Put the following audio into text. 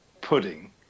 pudding